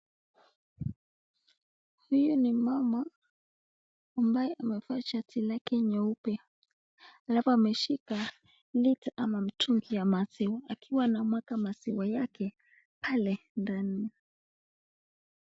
Huyu ni mama ambaye amevaa shati lake nyeupe alafu ameshika liti au mtungi ya maziwa, akiwa anamwaga maziwa yake pale ndani.